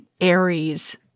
Aries